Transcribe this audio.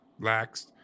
laxed